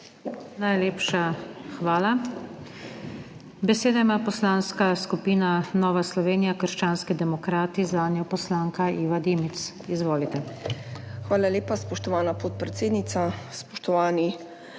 Najlepša hvala. Besedo ima Poslanska skupina Nova Slovenija – krščanski demokrati, zanjo poslanka Iva Dimic. Izvolite. IVA DIMIC (PS NSi): Hvala lepa, spoštovana podpredsednica. Spoštovani